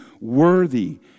worthy